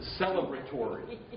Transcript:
celebratory